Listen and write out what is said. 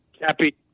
Happy